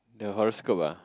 the horoscope ah